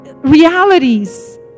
realities